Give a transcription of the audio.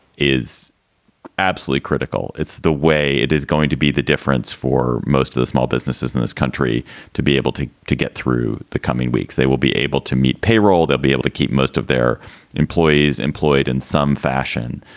is absolutely critical. it's the way it is going to be. the difference for most of the small businesses in this country to be able to to get through the coming weeks, they will be able to meet payroll. they'll be able to keep most of their employees employed in some fashion,